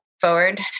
forward